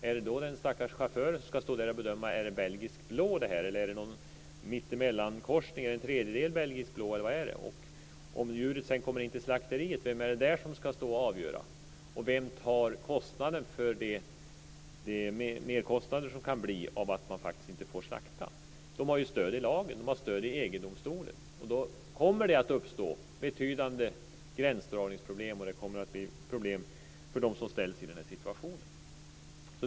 Är det då den stackars chauffören som skall bedöma: Är det här belgisk blå? Är det någon mittemellankorsning? Är det en tredjedel belgisk blå, eller vad är det? Om djuret sedan kommer in till slakteriet, vem är det där som skall avgöra? Vem tar de merkostnader som kan bli av att man faktiskt inte får slakta? Man har ju stöd i lagen, i EG domstolen. Då kommer det att uppstå betydande gränsdragningsproblem, och det kommer att bli problem för dem som ställs i den här situationen.